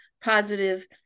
positive